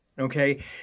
okay